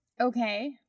Okay